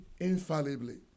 infallibly